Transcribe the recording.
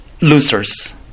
losers